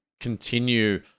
continue